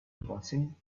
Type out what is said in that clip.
blessing